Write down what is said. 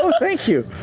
ah thank you.